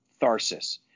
Tharsis